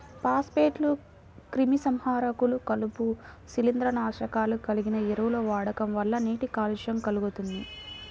ఫాస్ఫేట్లు, క్రిమిసంహారకాలు, కలుపు, శిలీంద్రనాశకాలు కలిగిన ఎరువుల వాడకం వల్ల నీటి కాలుష్యం కల్గుతుంది